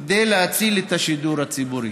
כדי להציל את השידור הציבורי.